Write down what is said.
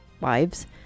wives